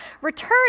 Return